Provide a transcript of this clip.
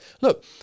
Look